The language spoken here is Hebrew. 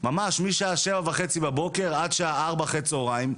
ממש משעה שבע וחצי בבוקר עד שעה ארבע אחר הצהריים,